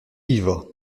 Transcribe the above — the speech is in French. ivres